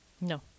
No